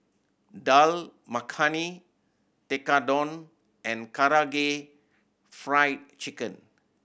Dal Makhani Tekkadon and Karaage Fried Chicken